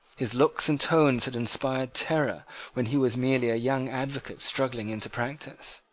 his looks and tones had inspired terror when he was merely a young advocate struggling into practice.